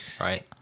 right